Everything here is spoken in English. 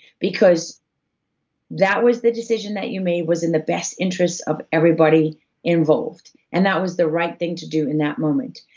because that was the decision that you made, was in the best interest of everybody involved, and that was the right thing to do in that moment.